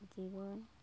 জীবন